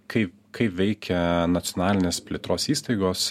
kaip kaip veikia nacionalinės plėtros įstaigos